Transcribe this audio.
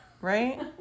Right